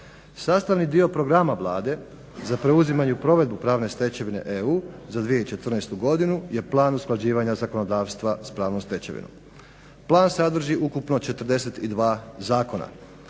Sastavni dio programa Vlade za preuzimanje i provedbu pravne stečevine EU za 2014. godinu je plan usklađivanja zakonodavstva s pravnom stečevinom. Plan sadrži ukupno 42 zakona